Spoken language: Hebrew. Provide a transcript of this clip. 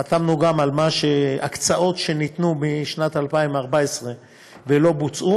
חתמנו גם על הקצאות שניתנו בשנת 2014 ולא בוצעו,